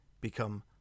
become